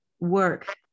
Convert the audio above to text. work